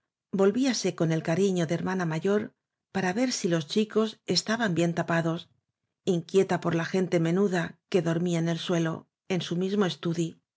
víase con el cariño de hermana mayor para ver si los chicos estaban bien tapados inquieta por la gente menuda que dormía en el suelo en su mismo estudi